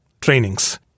trainings